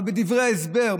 אבל בדברי ההסבר,